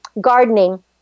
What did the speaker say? gardening